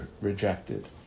rejected